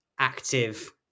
active